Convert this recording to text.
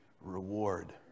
reward